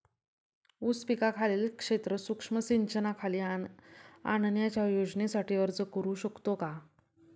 ऊस पिकाखालील क्षेत्र सूक्ष्म सिंचनाखाली आणण्याच्या योजनेसाठी अर्ज करू शकतो का?